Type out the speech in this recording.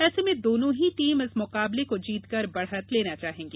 ऐसे में दोनों ही टीम इस मुकाबले को जीतकर बढ़त लेना चाहेगी